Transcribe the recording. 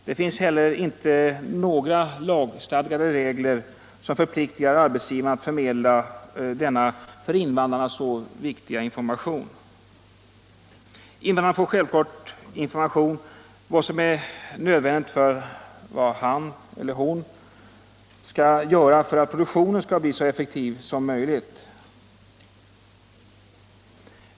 Det finns heller inte några lagstadgade regler som förpliktigar arbetsgivaren att förmedla denna för invandrarna så viktiga information. Invandraren får självklart information om vad han eller hon skall göra för att produktionen skall bli så effektiv som möjligt.